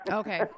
okay